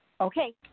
Okay